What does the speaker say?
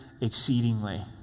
exceedingly